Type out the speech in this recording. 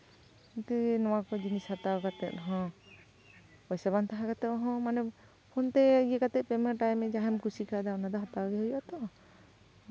ᱠᱤᱱᱛᱩ ᱱᱚᱣᱟ ᱠᱚ ᱡᱤᱱᱤᱥ ᱦᱟᱛᱟᱣ ᱠᱟᱛᱮᱫ ᱦᱚᱸ ᱯᱚᱭᱥᱟ ᱵᱟᱝ ᱛᱟᱦᱮᱸ ᱠᱟᱛᱮᱫ ᱦᱚᱸ ᱢᱟᱱᱮ ᱯᱷᱳᱱ ᱛᱮ ᱤᱭᱟᱹ ᱠᱟᱛᱮᱫ ᱯᱮᱢᱮᱱᱴ ᱟᱭ ᱡᱟᱦᱟᱢ ᱠᱩᱥᱤ ᱠᱟᱣᱫᱟ ᱚᱱᱟ ᱫᱚ ᱚᱱᱠᱟᱜᱮ ᱦᱩᱭᱩᱜ ᱟᱛᱚ